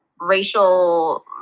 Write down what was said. racial